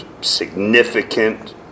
significant